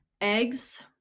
eggs